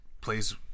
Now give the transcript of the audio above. plays